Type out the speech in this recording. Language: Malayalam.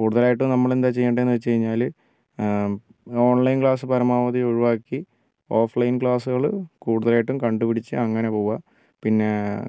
കൂടുതലായിട്ടും നമ്മളെന്താ ചെയ്യേണ്ടതെന്നു വെച്ചുകഴിഞ്ഞാൽ ഓൺലൈൻ ക്ലാസ് പരമാവധി ഒഴിവാക്കി ഓഫ്ലൈൻ ക്ലാസുകൾ കൂടുതലായിട്ടും കണ്ടുപിടിച്ച് അങ്ങനെ പോവുക പിന്നെ